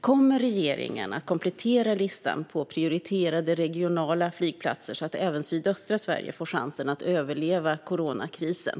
Kommer regeringen att komplettera listan på prioriterade regionala flygplatser, så att även sydöstra Sverige får chansen att överleva coronakrisen?